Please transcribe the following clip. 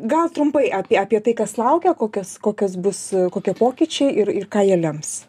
gal trumpai apie apie tai kas laukia kokios kokios bus kokie pokyčiai ir ir ką jie lems